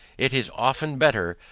it is often better,